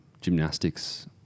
gymnastics